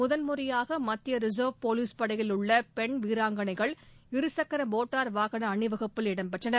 முதன்முறையாக மத்திய ரிசர்வ் போலீஸ்பளடயில் உள்ள பெண் வீராங்கனைகள் இருசக்கர மோட்டார் வாகன அணிவகுப்பில் இடம்பெற்றனர்